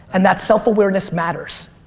and that self-awareness matters.